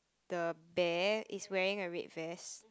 the bear is wearing a red vest